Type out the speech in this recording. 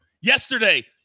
yesterday